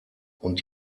und